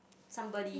somebody